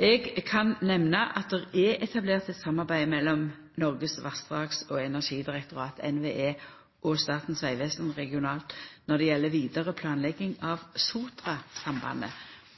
Eg kan nemna at det er etablert eit samarbeid mellom Noregs vassdrags- og energidirektorat – NVE – og Statens vegvesen regionalt når det gjeld vidare planlegging av Sotrasambandet.